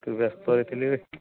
ଟିକେ ବ୍ୟସ୍ତରେ ଥିଲି